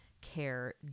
care